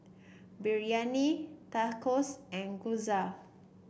Biryani Tacos and Gyoza